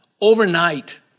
overnight